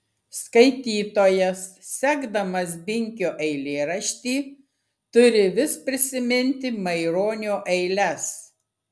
skaitytojas sekdamas binkio eilėraštį turi vis prisiminti maironio eiles